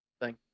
thank